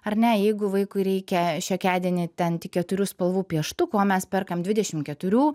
ar ne jeigu vaikui reikia šiokiadienį ten tik keturių spalvų pieštukų o mes perkam dvidešimt keturių